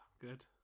good